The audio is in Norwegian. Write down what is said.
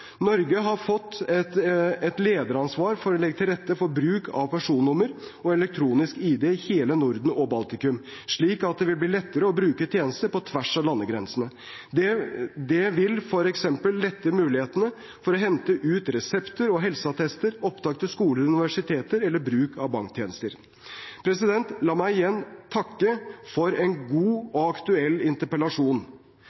Norge har fått et lederansvar for å legge til rette for bruk av personnummer og elektronisk ID i hele Norden og Baltikum, slik at det vil bli lettere å bruke tjenester på tvers av landegrensene. Det vil f.eks. lette mulighetene for å hente ut resepter og helseattester, opptak til skoler og universiteter eller bruk av banktjenester. La meg igjen takke for en god